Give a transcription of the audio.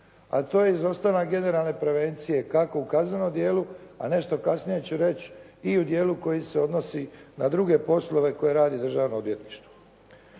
a to je izostanak generalne prevencije kako u kaznenom dijelu, a nešto kasnije ću reći i u dijelu koji se odnosi na druge poslove koje radi Državno odvjetništvo.